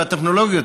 והטכנולוגיות,